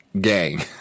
gang